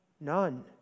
none